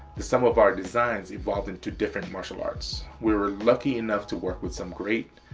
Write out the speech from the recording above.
some of our designs evolved into different martial arts, we were lucky enough to work with some great